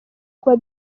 kuba